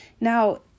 Now